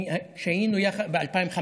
ב-2015,